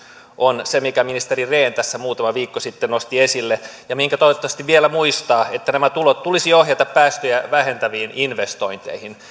on se minkä ministeri rehn tässä muutama viikko sitten nosti esille ja minkä toivottavasti vielä muistaa että nämä tulot tulisi ohjata päästöjä vähentäviin investointeihin